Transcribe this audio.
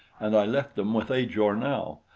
and i left them with ajor now,